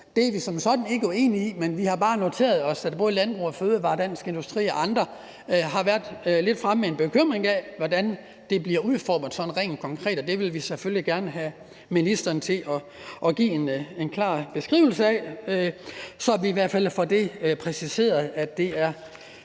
Det er vi som sådan ikke uenige i, men vi har bare noteret os, at både Landbrug & Fødevarer, Dansk Industri og andre har været lidt fremme med en bekymring om, hvordan det bliver udformet sådan rent konkret. Og det vil vi selvfølgelig gerne have ministeren til at give en klar beskrivelse af, så vi i hvert fald får præciseret, at det er